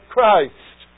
Christ